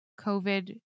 COVID